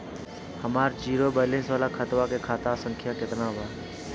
हमार zero balance वाला खतवा के खाता संख्या केतना बा?